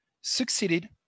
succeeded